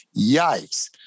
yikes